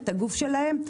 את הגוף שלהם,